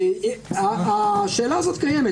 ואם יש בעיה קונקרטית,